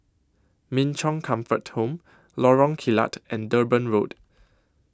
Min Chong Comfort Home Lorong Kilat and Durban Road